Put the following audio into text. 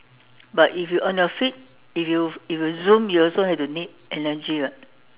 but if you on your feet if you if you zoom you also have to need energy [what]